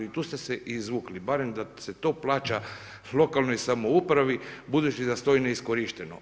I tu ste se izvukli, barem da se to plaća lokalnoj samoupravi, budući da stoji neiskorišteno.